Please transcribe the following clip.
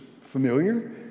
familiar